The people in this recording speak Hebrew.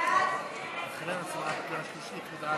סעיפים 1 12 נתקבלו.